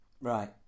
right